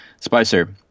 Spicer